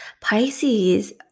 Pisces